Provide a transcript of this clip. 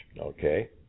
Okay